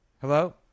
Hello